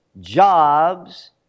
jobs